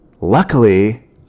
Luckily